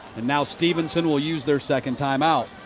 and now stephenson will use their second time-out.